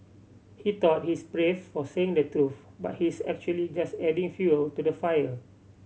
he thought he's brave for saying the truth but he's actually just adding fuel to the fire